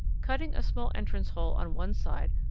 cutting a small entrance hole on one side,